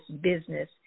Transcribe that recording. business